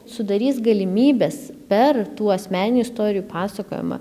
sudarys galimybes per tų asmeninių istorijų pasakojimą